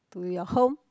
to your home